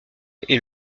est